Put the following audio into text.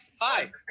Hi